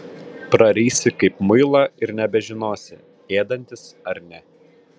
prarysi kaip muilą ir nebežinosi ėdantis ar ne